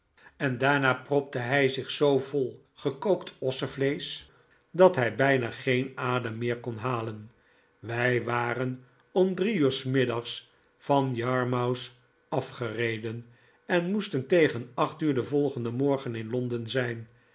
londen na propte hij zich zoo vol gekookt ossevleesch dat hij bijna geen adem meer kon halen wij waren om drie uur s middags van yarmouth afgereden en moesten tegen acht uur den volgenden morgen in londen zijn